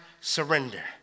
surrender